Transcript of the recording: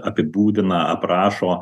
apibūdina aprašo